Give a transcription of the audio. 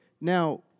Now